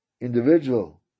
individual